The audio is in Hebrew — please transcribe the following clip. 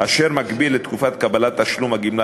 אשר מגביל את תקופת קבלת תשלום הגמלה